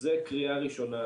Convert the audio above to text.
אז זו קריאה ראשונה.